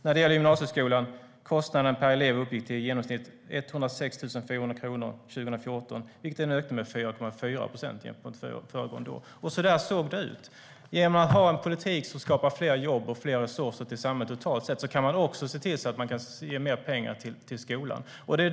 När det gäller gymnasieskolan: "Kostnaden per elev uppgick till i genomsnitt 106 400 kronor 2014, vilket var en ökning med 4,4 procent jämfört med föregående år." Så där såg det ut. Genom att ha en politik som skapar fler jobb och fler resurser till samhället totalt sett kan man också ge mer pengar till skolan.